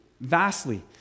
vastly